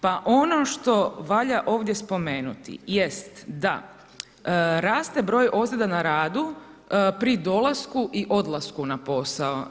Pa ono što valja ovdje spomenuti jest da raste broj ozljeda na radu pri dolasku i odlasku na posao.